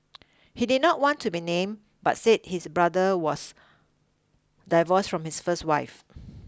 he did not want to be named but said his brother was divorced from his first wife